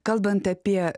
kalbant apie